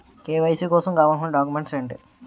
KYC కోసం కావాల్సిన documents ఎంటి?